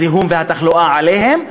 הזיהום והתחלואה עליהם,